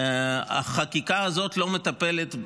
החקיקה הזאת לא מטפלת,